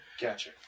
Gotcha